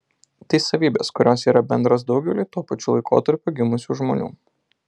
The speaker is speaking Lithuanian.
tai savybės kurios yra bendros daugeliui tuo pačiu laikotarpiu gimusių žmonių